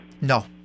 No